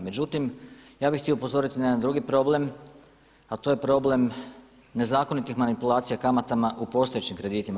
Međutim, ja bih htio upozoriti na jedan drugi problem a to je problem nezakonitih manipulacija kamatama u postojećim kreditima.